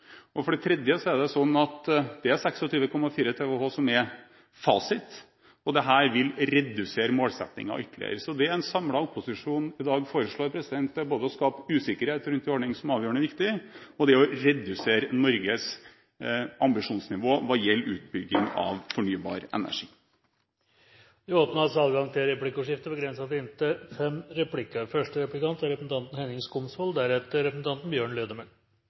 Og for det tredje er det slik at det er 26,4 TWh som er fasit, og dette vil redusere målsettingen ytterligere. Så det en samlet opposisjon i dag foreslår, er både å skape usikkerhet rundt en ordning som er avgjørende viktig, og det er å redusere Norges ambisjonsnivå hva gjelder utbygging av fornybar energi. Det blir replikkordskifte. Representanter for regjeringen var svært kritiske til